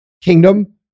kingdom